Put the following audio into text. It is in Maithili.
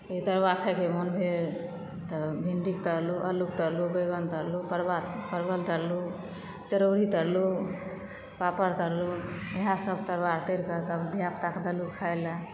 कहियो तरुआ खायके मोन भेल तऽ भिण्डी तरलू अल्लू तरलू बैगन तरलू परबल तरलू चड़ौरी तरलू पापड़ तरलू इएह सब तरुआ आर तैरकऽ तब धियापुता कऽ देलू खाए लेए